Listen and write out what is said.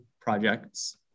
projects